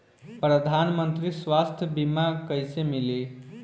प्रधानमंत्री स्वास्थ्य बीमा कइसे मिली?